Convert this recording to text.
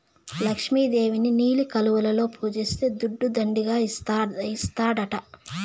లక్ష్మి దేవిని నీలి కలువలలో పూజిస్తే దుడ్డు దండిగా ఇస్తాడట